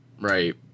Right